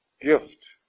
gift